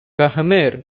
khmer